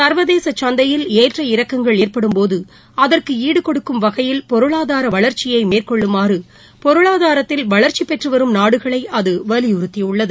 சா்வதேசசந்தையில் ஏற்ற இறக்கங்கள் ஏற்படும் போதுஅதற்குஈடுகொடுக்கும் வகையில் பொருளாதாரவளர்ச்சியைமேற்கொள்ளுமாறுபொருளாதாரத்தில் வளர்ச்சிபெற்றுவரும் நாடுகளைஅதுவலியுறுத்தியுள்ளது